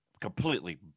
completely